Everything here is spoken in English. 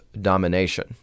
domination